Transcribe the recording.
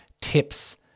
tips